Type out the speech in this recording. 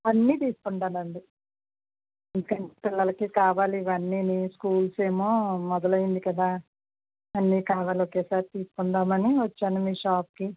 అన్నీ తీసుకుంటానండి ఇక్కడ పిల్లలకి కావాలి ఇవన్నీని స్కూల్స్ ఏమో మొదలైంది కదా అన్నీ కావాలి ఒకేసారి తీసుకుందామని వచ్చాను మీ షాప్కి